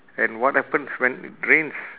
and what happens when it rains